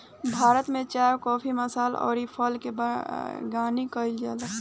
भारत में चाय काफी मसाल अउर फल के बगानी कईल जाला